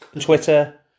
Twitter